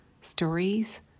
stories